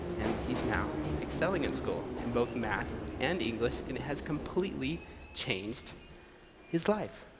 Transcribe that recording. and he's now excelling in school, in both math and english, and has completely changed his life.